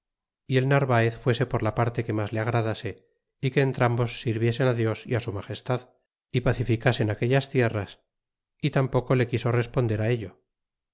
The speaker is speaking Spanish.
y el narvaez fuese por ja parte que mas le agradase y que entrambos sirviesen dios y su magestad y pacifica en aquellas tierras y tampoco le quiso responder ello